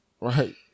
right